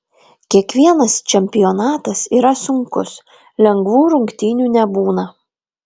kiekvienas čempionatas yra sunkus lengvų rungtynių nebūna